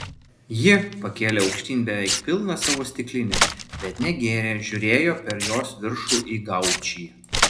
ji pakėlė aukštyn beveik pilną savo stiklinę bet negėrė žiūrėjo per jos viršų į gaučį